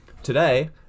Today